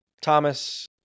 Thomas